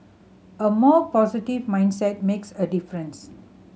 a more positive mindset makes a difference